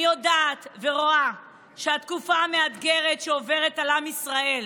אני יודעת ורואה שהתקופה המאתגרת שעוברת על עם ישראל,